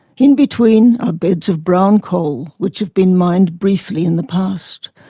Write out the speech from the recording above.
in between are beds of brown coal, which have been mined briefly in the past.